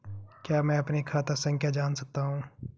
क्या मैं अपनी खाता संख्या जान सकता हूँ?